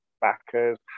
backers